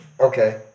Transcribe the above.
Okay